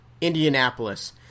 Indianapolis